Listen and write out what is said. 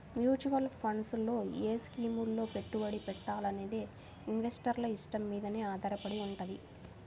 mutual funds లో ఏ స్కీముల్లో పెట్టుబడి పెట్టాలనేది ఇన్వెస్టర్ల ఇష్టం మీదనే ఆధారపడి వుంటది